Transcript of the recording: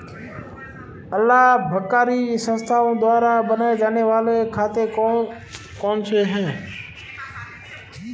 अलाभकारी संस्थाओं द्वारा बनाए जाने वाले खाते कौन कौनसे हैं?